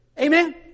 Amen